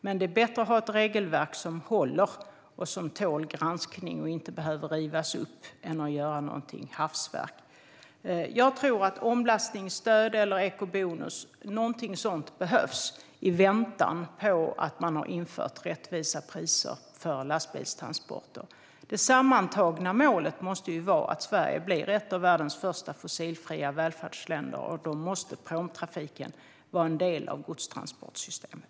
Men det är bättre att ha ett regelverk som håller, som tål granskning och som inte behöver rivas upp än att göra något hafsverk. Jag tror att någonting sådant som omlastningsstöd eller eco-bonus behövs i väntan på att man har infört rättvisa priser för lastbilstransporter. Det sammantagna målet måste vara att Sverige blir ett av världens första fossilfria välfärdsländer, och då måste pråmtrafiken vara en del av godstransportsystemet.